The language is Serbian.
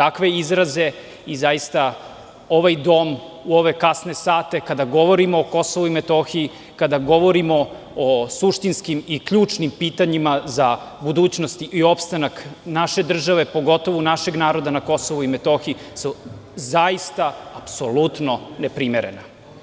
takve izraze koji su zaista za ovaj dom u ove kasne sate, kada govorimo o Kosovu i Metohiji, kada govorimo o suštinskim i ključnim pitanjima za budućnost i opstanak naše države, pogotovo našeg naroda na Kosovu i Metohiji, apsolutno neprimerena.